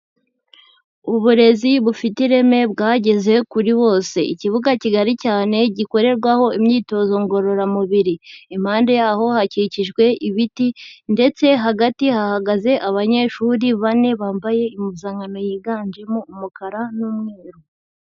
Uburezi bufite ireme bwageze kuri bose, ikibuga kigari cyane gikorerwaho imyitozo ngororamubiri, impande yaho hakikijwe ibiti ndetse hagati hahagaze abanyeshuri bane bambaye impuzankano yiganjemo umukara n'umweru.